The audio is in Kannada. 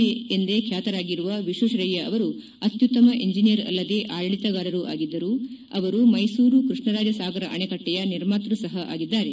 ಎ ಎಂದೇ ಖ್ಯಾತರಾಗಿರುವ ವಿಶ್ವೇಶ್ವರಯ್ನ ಅವರು ಅತ್ಯುತ್ತಮ ಇಂಜಿನಿಯರ್ ಅಲ್ಲದೆ ಆಡಳಿತಗಾರರೂ ಆಗಿದ್ದರು ಅವರು ಮೈಸೂರು ಕೃಷ್ಣರಾಜ ಸಾಗರ ಅಣೆಕಟ್ಟೆಯ ನಿರ್ಮಾತೃ ಸಹ ಆಗಿದ್ದಾರೆ